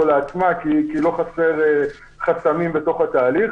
לעצמה כי לא חסרים חסמים בתוך התהליך.